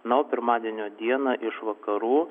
na o pirmadienio dieną iš vakarų